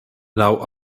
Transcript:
laŭ